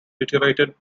deteriorated